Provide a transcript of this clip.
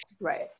right